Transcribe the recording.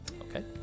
okay